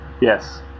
Yes